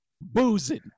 boozing